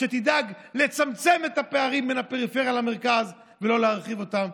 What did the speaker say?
שתדאג לצמצם את הפערים בין הפריפריה למרכז ולא להרחיב אותם.